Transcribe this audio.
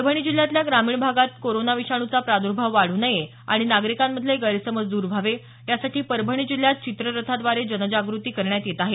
परभणी जिल्ह्यातल्या ग्रामीण भागात कोरोना विषाणूचा प्रादुर्भाव वाढू नये आणि नागरिकांमधले गैरसमज द्र व्हावे यासाठी परभणी जिल्ह्यात चित्ररथाद्वारे जनजागृती करण्यात येत आहे